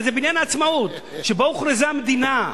הרי זה בניין העצמאות שבו הוכרזה המדינה,